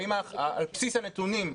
על בסיס הנתונים,